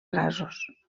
gasos